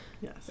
Yes